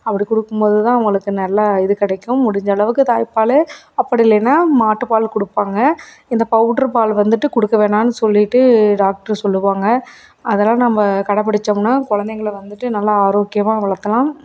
அப்படி கொடுக்கும்போதுதான் அவங்களுக்கு நல்லா இது கிடைக்கும் முடிஞ்சளவுக்கு தாய்பால் அப்படி இல்லைன்னா மாட்டுப்பால் கொடுப்பாங்க இந்த பவுட்ரு பால் வந்துட்டு கொடுக்க வேணாம்னு சொல்லிட்டு டாக்ட்ரு சொல்லுவாங்க அதெல்லாம் நம்ம கடைப்பிடிச்சோம்னா குழந்தைங்கள வந்துட்டு நல்லா ஆரோக்கியமாக வளர்த்தலாம்